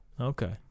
Okay